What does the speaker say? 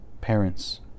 parents